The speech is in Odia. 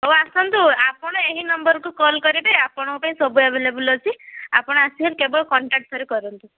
ହଉ ଆସନ୍ତୁ ଆପଣ ଏହି ନମ୍ବରକୁ କଲ୍ କରିବେ ଆପଣଙ୍କ ପାଇଁ ସବୁ ଆଭେଲେବୁଲ୍ ଅଛି ଆପଣ ଆସିକି କେବଳ କଣ୍ଟାକ୍ଟ ଥରେ କରନ୍ତୁ